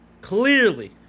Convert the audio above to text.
Clearly